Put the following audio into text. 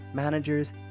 managers,